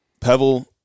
Pebble